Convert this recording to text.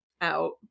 out